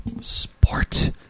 Sport